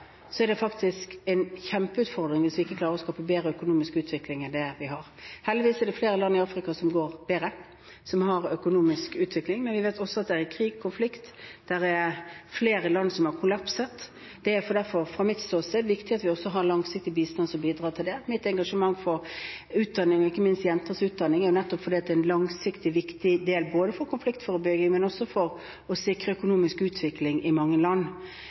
er det faktisk en kjempeutfordring hvis vi ikke klarer å skape bedre økonomisk utvikling enn det vi har. Heldigvis er det flere land i Afrika som går bedre, som har økonomisk utvikling, men vi vet også at det er krig, konflikt, og det er flere land som har kollapset. Det er derfor fra mitt ståsted viktig at vi også har langsiktig bistand, som bidrar til økonomisk utvikling. Mitt engasjement for utdanning – og ikke minst jenters utdanning – har jeg nettopp fordi det er en langsiktig, viktig del av konfliktforebygging, og også for å sikre økonomisk utvikling i mange land.